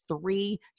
three